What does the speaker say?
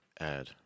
add